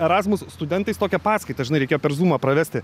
erasmus studentais tokią paskaitą žinai reikėjo per zūmą pravesti